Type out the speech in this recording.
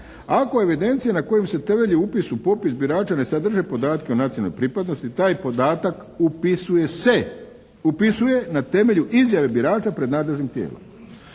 Ako evidencije na kojim se temelji upis u popis birača ne sadrže podatke o nacionalnoj pripadnosti taj podatak upisuje se, upisuje ne temelju izjave birača pred nadležnim tijelom.